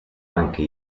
anche